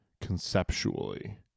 conceptually